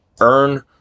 earn